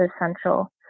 essential